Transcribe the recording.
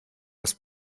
das